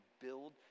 build